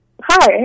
Hi